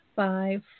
five